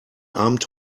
abend